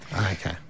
Okay